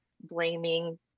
blaming